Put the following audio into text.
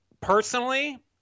personally